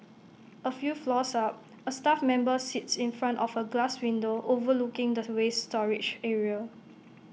A few floors up A staff member sits in front of A glass window overlooking the waste storage area